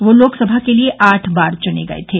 वह लोकसभा के लिए आठ बार चुने गये थे